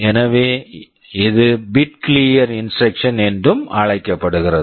எனவே இது bit clear instruction bit clear instruction என்றும் அழைக்கப்படுகிறது